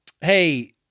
hey